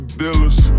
dealers